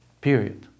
Period